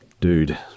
Dude